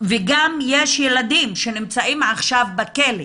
יש ילדים שנמצאים עכשיו בכלא.